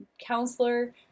counselor